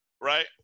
right